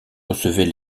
recevait